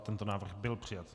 Tento návrh byl přijat.